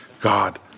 God